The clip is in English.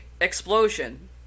Explosion